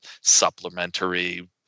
supplementary